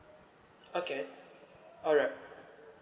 okay alright